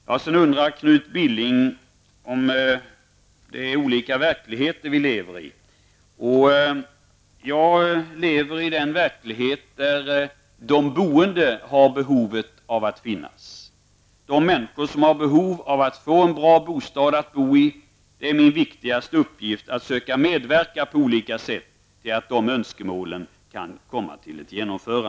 Sedan undrade Knut Billing om det är olika verkligheter som vi lever i. Jag lever i den verklighet där de boende har behov av att finnas, de människor som har behov av att få en bra bostad att bo i. Det är min viktigaste uppgift att söka medverka på olika sätt till att dessa önskemål kan genomföras.